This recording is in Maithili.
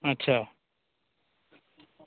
अच्छा